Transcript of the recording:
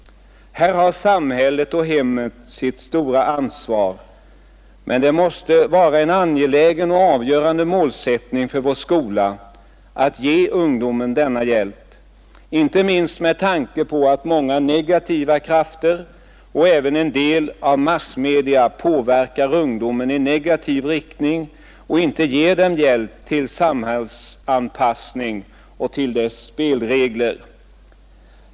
Här har samhället och hemmen sitt stora ansvar, men det måste vara en angelägen och avgörande målsättning för vår skola att ge eleverna denna hjälp, inte minst med tanke på att många negativa krafter och även en del massmedier påverkar ungdomen i negativ riktning och inte ger de unga någon hjälp till samhällsanpassning och anpassning till samhällets spelregler.